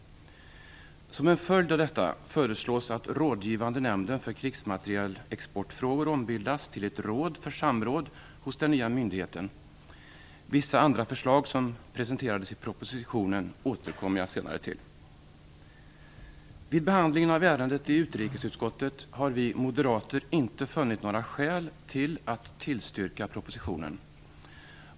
Som en följd av detta föreslås att Rådgivande nämnden för krigsmaterielexportfrågor ombildas till ett råd för samråd hos den nya myndigheten. Vissa andra förslag som presenterades i propositionen återkommer jag till senare. Vid behandlingen av ärendet i utrikesutskottet har vi moderater inte funnit några skäl att tillstyrka propositionen.